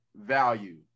value